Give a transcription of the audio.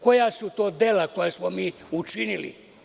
Koja su to dela koja smo mi učinili?